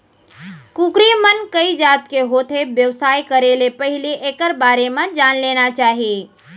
कुकरी मन कइ जात के होथे, बेवसाय करे ले पहिली एकर बारे म जान लेना चाही